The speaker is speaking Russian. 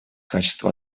качество